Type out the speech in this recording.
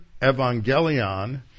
evangelion